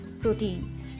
protein